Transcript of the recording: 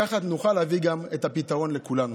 ככה נוכל להביא גם את הפתרון לכולנו.